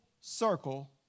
circle